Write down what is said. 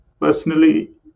personally